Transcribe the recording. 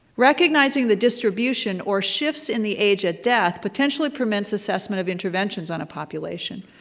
recognizing the distribution, or shifts in the age of death, potentially permits assessment of interventions on a population.